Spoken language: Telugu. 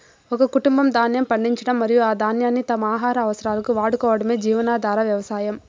ఒక కుటుంబం ధాన్యం పండించడం మరియు ఆ ధాన్యాన్ని తమ ఆహార అవసరాలకు వాడుకోవటమే జీవనాధార వ్యవసాయం